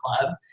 Club